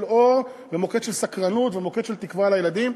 אור ומוקד של סקרנות ומוקד של תקווה לילדים.